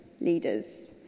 leaders